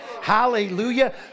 hallelujah